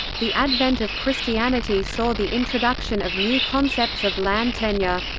the advent of christianity saw the introduction of new concepts of land tenure.